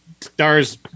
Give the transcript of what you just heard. stars